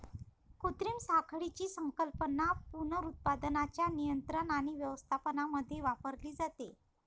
कृत्रिम साखळीची संकल्पना पुनरुत्पादनाच्या नियंत्रण आणि व्यवस्थापनामध्ये वापरली जाते